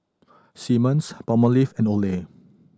Simmons Palmolive and Olay